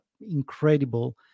incredible